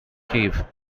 cave